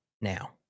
now